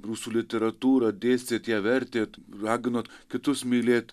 rusų literatūrą dėstėt ją vertėt raginot kitus mylėt